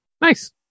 Nice